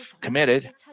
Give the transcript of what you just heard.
committed